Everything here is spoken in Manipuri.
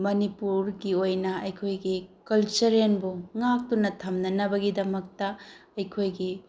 ꯃꯅꯤꯄꯨꯔꯒꯤ ꯑꯣꯏꯅ ꯑꯩꯈꯣꯏꯒꯤ ꯀꯜꯆꯔꯦꯜꯕꯨ ꯉꯥꯛꯇꯨꯅ ꯊꯝꯅꯅꯕꯒꯤꯗꯃꯛꯇ ꯑꯩꯈꯣꯏꯒꯤ